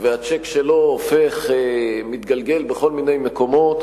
והצ'ק שלו מתגלגל בכל מיני מקומות,